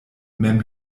mem